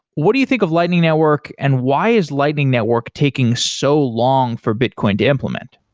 what do you think of lightning network and why is lightning network taking so long for bitcoin to implement?